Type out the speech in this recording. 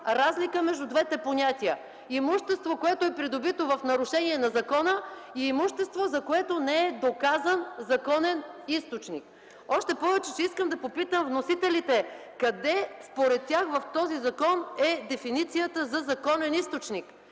разлика между двете понятия – имущество, което е придобито в нарушение на закона, и имущество, за което не е доказан законен източник. Още повече искам да попитам вносителите: къде според тях в този закон е дефиницията за законен източник?